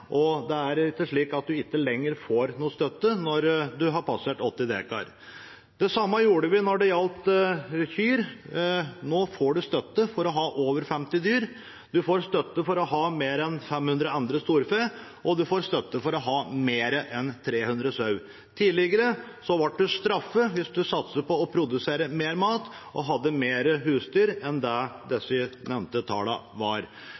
og det er ikke slik at en ikke lenger får noen støtte når en har passert 80 dekar. Det samme gjorde vi når det gjaldt kyr. Nå får en støtte for å ha over 50 dyr, en får støtte for å ha mer enn 500 andre storfe, og en får støtte for å ha mer enn 300 sau. Tidligere ble en straffet hvis en satset på å produsere mer mat og hadde flere husdyr enn disse nevnte tallene. Det